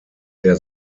der